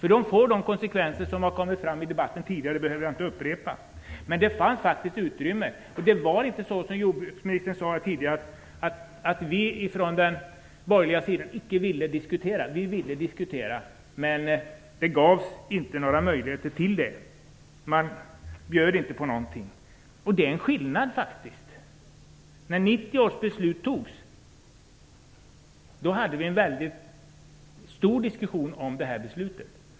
Då blir det de konsekvenser som har tagits upp i debatten tidigare. Jag behöver inte upprepa dem. Det fanns faktiskt utrymme. Det var inte som jordbruksministern sade tidigare, nämligen att vi från den borgerliga sidan icke ville diskutera. Vi ville diskutera, men det gavs inte några möjligheter till det. Man bjöd inte på något. Där är faktiskt en skillnad. Vi hade en stor diskussion inför 1990 års beslut.